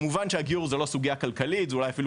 כמובן שהגיור זה לא סוגיה כלכלית ואולי אפילו